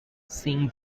seeing